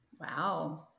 wow